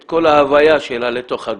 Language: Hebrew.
את כל ההוויה שלה לתוך הגן,